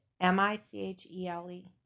M-I-C-H-E-L-E